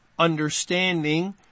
understanding